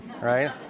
right